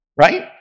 right